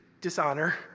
dishonor